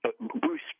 Bruce